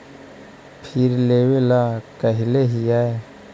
फिर लेवेला कहले हियै?